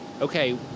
okay